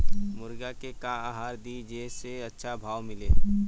मुर्गा के का आहार दी जे से अच्छा भाव मिले?